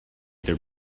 their